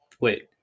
wait